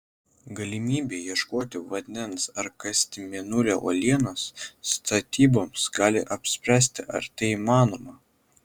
galimybė ieškoti vandens ar kasti mėnulio uolienas statyboms gali apspręsti ar tai įmanoma